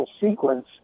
sequence